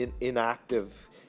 inactive